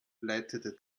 leitete